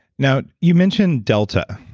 now you mentioned delta.